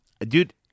Dude